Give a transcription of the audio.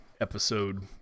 episode